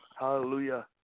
Hallelujah